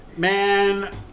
Man